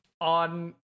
On